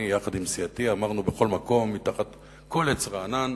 אני יחד עם סיעתי אמרנו בכל מקום, תחת כל עץ רענן: